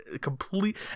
complete